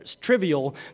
trivial